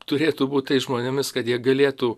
turėtų būt tais žmonėmis kad jie galėtų